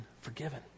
forgiven